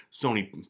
Sony